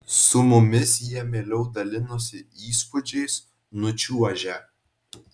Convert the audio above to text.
su mumis jie mieliau dalinosi įspūdžiais nučiuožę